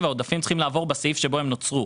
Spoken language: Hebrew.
העודפים צריכים לעבור בסעיף שבו הם נוצרו.